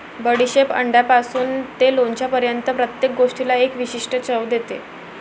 बडीशेप अंड्यापासून ते लोणच्यापर्यंत प्रत्येक गोष्टीला एक विशिष्ट चव देते